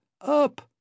Up